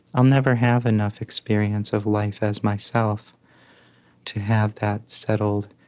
i'll never have enough experience of life as myself to have that settled,